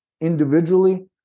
individually